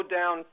down